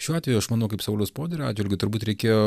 šiuo atveju aš manau kaip sauliaus poderio atžvilgiu turbūt reikėjo